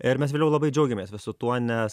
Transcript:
ir mes vėliau labai džiaugiamės visu tuo nes